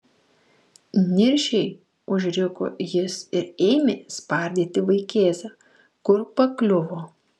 niršiai užriko jis ir ėmė spardyti vaikėzą kur pakliuvo